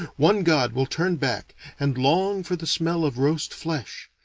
one god will turn back and long for the smell of roast flesh,